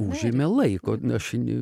užėmė laiko aš